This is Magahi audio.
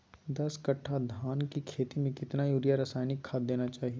दस कट्टा धान की खेती में कितना यूरिया रासायनिक खाद देना चाहिए?